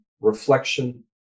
reflection